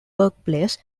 workplace